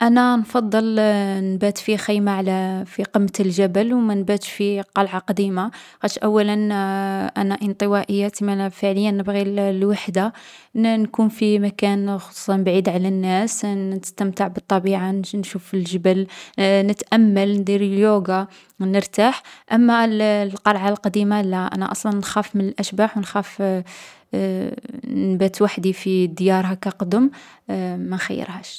أنا نفضّل نبات في خيمة على في قمة الجبل، و ما نباتش في قلعة قديمة، خاطش، أولا، أنا انطوائية تسمالا فعليا نبغي الـ الوحدة، نـ نكون مكان خصوصا بعيد على الناس، نـ نستمتع بالطبيعة، نمشي نشوف الجبل، نتأمل، ندير اليوغا، نرتاح. أما الـ القلعة القديمة، لا، أنا أصلا نخاف من الأشباح و نخاف نـ نبات وحدي في ديار هاكا قدُم، ما نخيرهاش.